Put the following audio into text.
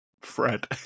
Fred